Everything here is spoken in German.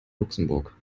luxemburg